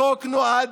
החוק נועד